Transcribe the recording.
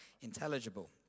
intelligible